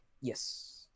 Yes